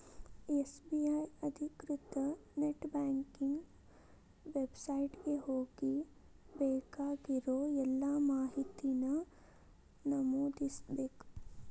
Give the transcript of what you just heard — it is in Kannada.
ಎಸ್.ಬಿ.ಐ ಅಧಿಕೃತ ನೆಟ್ ಬ್ಯಾಂಕಿಂಗ್ ವೆಬ್ಸೈಟ್ ಗೆ ಹೋಗಿ ಬೇಕಾಗಿರೋ ಎಲ್ಲಾ ಮಾಹಿತಿನ ನಮೂದಿಸ್ಬೇಕ್